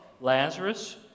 Lazarus